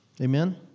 Amen